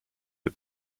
the